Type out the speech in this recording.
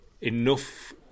enough